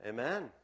Amen